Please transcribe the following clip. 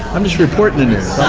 i'm just reporting the news,